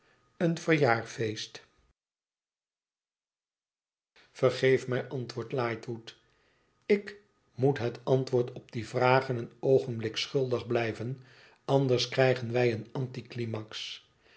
vergeeft mij antwoordt lightwood ik moet het antwoord op die vragen een oogenblik schuldig blijven anders krijgen wij een anti climax